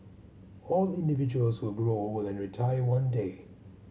all individuals will grow old and retire one day